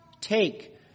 take